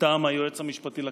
מטעם היועץ המשפטי לכנסת,